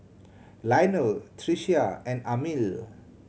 Lionel Tricia and Amil